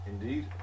Indeed